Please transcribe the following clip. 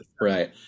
Right